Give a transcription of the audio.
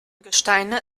gesteine